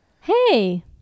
Hey